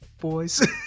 boys